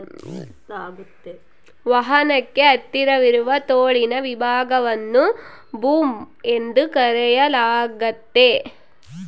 ವಾಹನಕ್ಕೆ ಹತ್ತಿರವಿರುವ ತೋಳಿನ ವಿಭಾಗವನ್ನು ಬೂಮ್ ಎಂದು ಕರೆಯಲಾಗ್ತತೆ